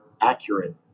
accurate